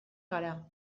gara